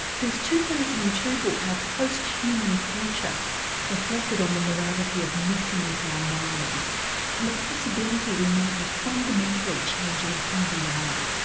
whose two thousand and two book our posthuman future reflected on the morality of messing with our minds and the possibility we might be fundamentally changing who we are.